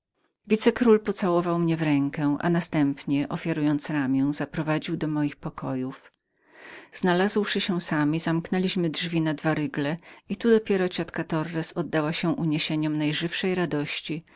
pokojów wicekról pocałował mnie w rękę następnie ofiarując ramię zaprowadził do moich pokojów znalazłszy się sami zamknęliśmy drzwi na dwa rygle i tu dopiero ciotka torres oddała się uniesieniom najżywszej radości